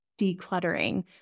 decluttering